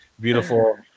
beautiful